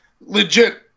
legit